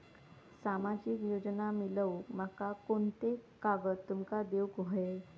सामाजिक योजना मिलवूक माका कोनते कागद तुमका देऊक व्हये?